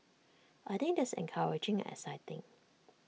I think that's encouraging and exciting